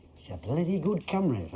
a bloody good camera, is